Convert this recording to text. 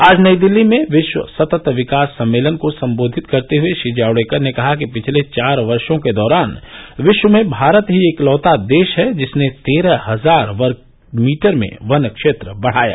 आज नई दिल्ली में विश्व सतत विकास सम्मेलन को संबोधित करते हुए श्री जावड़ेकर ने कहा कि पिछले चार वर्षों के दौरान विश्व में भारत ही इकलौता देश है जिसने तेरह हजार वर्गमीटर में वन क्षेत्र बढ़ाया